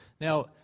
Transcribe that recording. Now